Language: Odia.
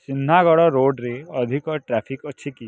ସିହ୍ନାଗଡ଼ ରୋଡ଼୍ରେ ଅଧିକ ଟ୍ରାଫିକ୍ ଅଛି କି